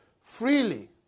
freely